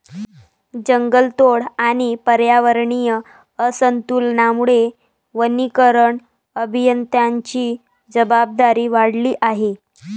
जंगलतोड आणि पर्यावरणीय असंतुलनामुळे वनीकरण अभियंत्यांची जबाबदारी वाढली आहे